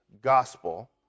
gospel